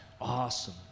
awesome